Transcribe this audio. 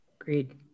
Agreed